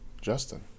Justin